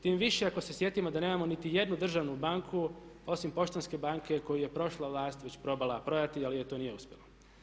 Tim više ako se sjetimo da nemamo niti jednu državnu banku osim Poštanske banke koju je prošla vlast već probala prodati, ali joj to nije uspjelo.